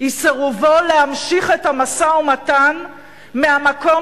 היא סירובו להמשיך את המשא-ומתן מהמקום